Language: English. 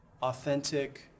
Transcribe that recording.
authentic